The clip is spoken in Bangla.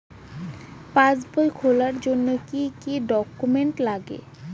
পাসবই খোলার জন্য কি কি ডকুমেন্টস লাগে?